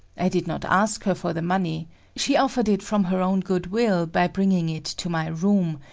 i did not ask her for the money she offered it from her own good will by bringing it to my room,